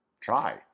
try